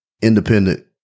independent